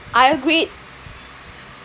I agree